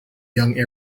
young